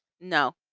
No